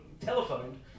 telephoned